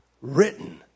written